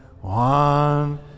One